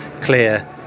clear